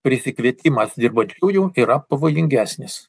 prisikvietimas dirbančiųjų yra pavojingesnis